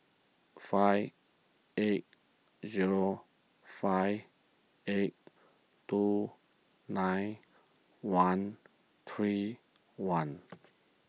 five eight zero five eight two nine one three one